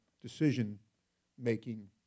decision-making